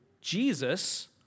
Jesus